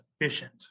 efficient